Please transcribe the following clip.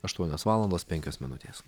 aštuonios valandos penkios minutės